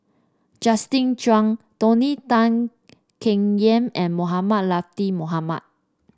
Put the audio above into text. Justin Zhuang Tony Tan Keng Yam and Mohamed Latiff Mohamed